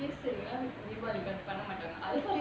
கேசரிலாம்:kesarilaam deepavali க்கு பண்ண மாட்டாங்க:kku panna maataanga